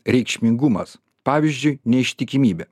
reikšmingumas pavyzdžiui neištikimybė